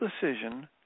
decision